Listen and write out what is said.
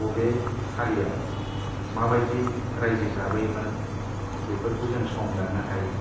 बबे हारिया माबायदि रायजो जाबोयोमोन बेफोरखौ जों संदाननो हायो